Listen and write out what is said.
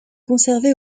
conservé